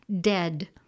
dead